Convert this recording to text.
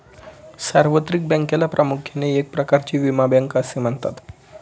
सार्वत्रिक बँकेला प्रामुख्याने एक प्रकारची विमा बँक असे म्हणतात